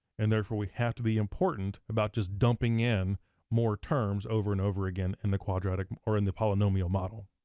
and therefore we have to be important about just dumping in more terms over and over again in the quadratic, or in the polynomial model.